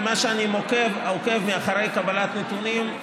ממה שאני עוקב אחרי קבלת נתונים,